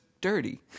dirty